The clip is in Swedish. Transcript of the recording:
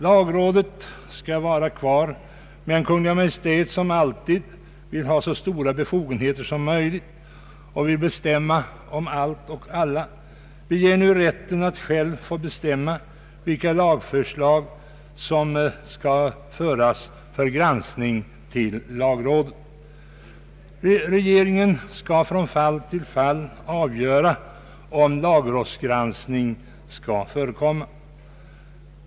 Lagrådet skall vara kvar, men Kungl. Maj:t vill som alltid ha så stora befogenheter som möjligt och vill bestämma om allt och alla. Det gäller här rätten att själv få bestämma vilka lagförslag som skall föras till lagrådet för granskning. Enligt propositionens förslag skall regeringen från fall till fall avgöra om lagrådsgranskning skall förekomma.